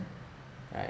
right